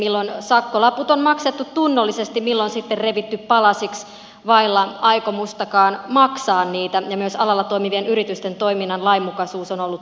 milloin sakkolaput on maksettu tunnollisesti milloin sitten revitty palasiksi vailla aikomustakaan maksaa niitä ja myös alalla toimivien yritysten toiminnan lainmukaisuus on ollut epäselvää